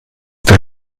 der